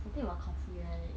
something about coffee right